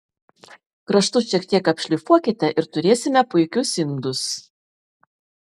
kraštus šiek tiek apšlifuokite ir turėsime puikius indus